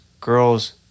girls